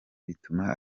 bituma